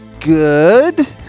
good